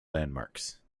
landmarks